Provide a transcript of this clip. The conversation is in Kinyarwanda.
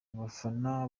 abafana